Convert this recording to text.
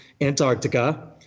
Antarctica